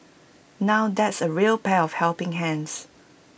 now that's A real pair of helping hands